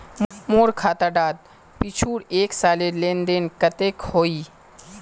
मोर खाता डात पिछुर एक सालेर लेन देन कतेक होइए?